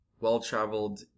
well-traveled